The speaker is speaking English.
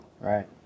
right